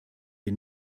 wir